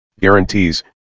guarantees